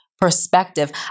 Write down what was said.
perspective